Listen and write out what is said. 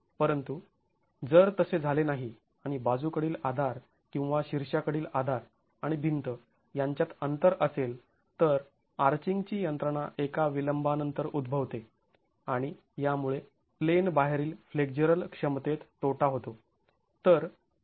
परंतु जर तसे झाले नाही आणि बाजूकडील आधार किंवा शीर्षा कडील आधार आणि भिंत यांच्यात अंतर असेल तर आर्चींगची यंत्रणा एका विलंबानंतर उद्भवते आणि यामुळे प्लेन बाहेरील फ्लेक्झरल क्षमतेत तोटा होतो